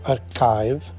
Archive